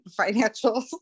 financials